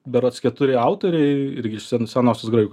berods keturi autoriai irgi se senosios graikų